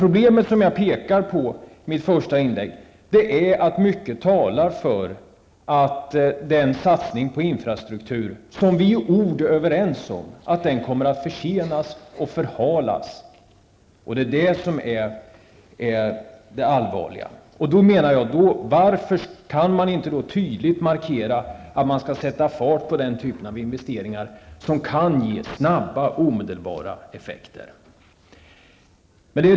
Problemet är, som jag säger i mitt första inlägg, att mycket talar för att satsningen på infrastrukturen, om vilken vi i ord är överens, kommer att försenas och förhalas. Det är det som är allvarligt här. Varför kan man då inte tydligt markera att det måste bli fart på den typ av investeringar som snabbt, omedelbart, kan ge effekt?